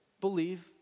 believe